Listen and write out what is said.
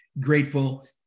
grateful